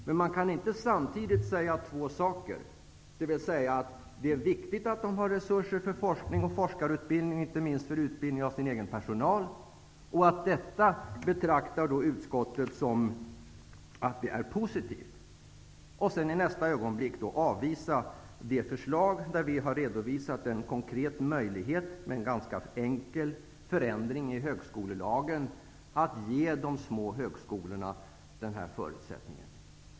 Men man kan inte samtidigt säga två saker, dvs. att det är viktigt för högskolorna att få resurser för forskning och forskarutbildning, inte minst utbildning av den egna personalen, och att utskottet betraktar det som positivt, för att i nästa ögonblick avvisa ett förslag där en konkret möjlighet redovisas -- med hjälp av en ganska enkel förändring av högskolelagen -- för att ge de små högskolorna denna förutsättning.